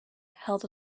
held